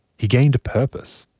he gained a purpose.